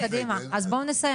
אז קדימה, אז בואו נסיים.